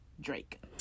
Drake